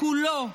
כולו.